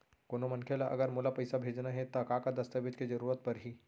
कोनो मनखे ला अगर मोला पइसा भेजना हे ता का का दस्तावेज के जरूरत परही??